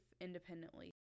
independently